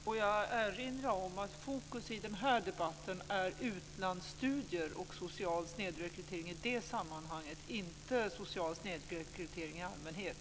Får jag erinra om att fokus i denna debatt är utlandsstudier och social snedrekrytering i detta sammanhang, inte social snedrekrytering i allmänhet.